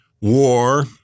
war